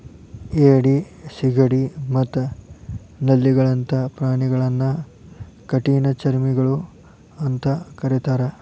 ಏಡಿ, ಸಿಗಡಿ ಮತ್ತ ನಳ್ಳಿಗಳಂತ ಪ್ರಾಣಿಗಳನ್ನ ಕಠಿಣಚರ್ಮಿಗಳು ಅಂತ ಕರೇತಾರ